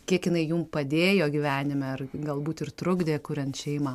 kiek jinai jum padėjo gyvenime ar galbūt ir trukdė kuriant šeimą